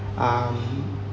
um